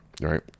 right